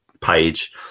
page